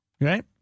right